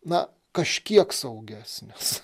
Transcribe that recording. na kažkiek saugesnis